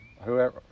whoever